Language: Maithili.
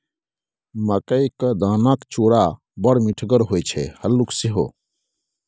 मकई क दानाक चूड़ा बड़ मिठगर होए छै हल्लुक सेहो